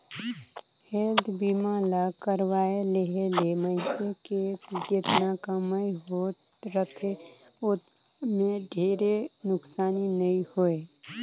health बीमा ल करवाये लेहे ले मइनसे के जेतना कमई होत रथे ओतना मे ढेरे नुकसानी नइ होय